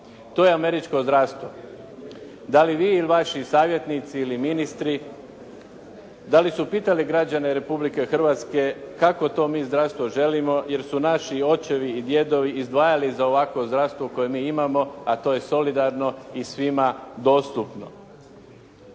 To je američko zdravstvo. Dali vi ili vaši savjetnici ministri, dali su pitali građane Republike Hrvatske kako mi to zdravstvo želimo, jer su naši očevi i djedovi izdvajali za ovakvo zdravstvo koje mi imamo, a to je solidarno i svima dostupno.